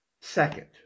Second